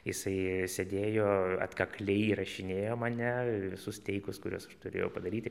jisai sėdėjo atkakliai įrašinėjo mane visus teikus kuriuos turėjau padaryti